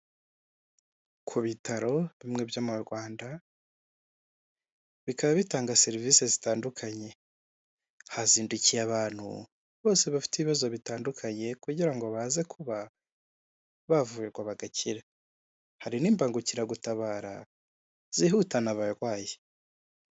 Ku bitaro bimwe byo mu Rwanda, bikaba bitanga serivisi zitandukanye, hazindukiye abantu bose bafite ibibazo bitandukanye kugira ngo baze kuba bavurirwa bagakira, hari n'imbangukiragutabara zihutana abarwayi.